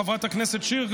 חברת הכנסת שיר,